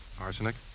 Arsenic